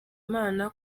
imana